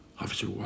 Officer